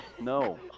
No